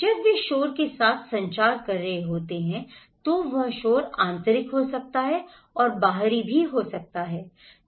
जब वे शोर के साथ संचार कर रहे होते हैं तो यह शोर आंतरिक हो सकता है और बाहरी भी हो सकता है